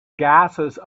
gases